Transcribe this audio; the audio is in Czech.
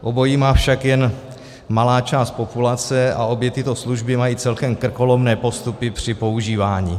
Obojí má však jen malá část populace a obě tyto služby mají celkem krkolomné postupy při používání.